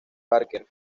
parker